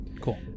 Cool